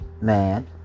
man